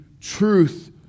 truth